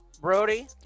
Brody